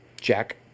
Jack